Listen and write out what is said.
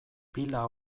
pila